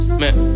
man